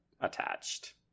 attached